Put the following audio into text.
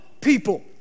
people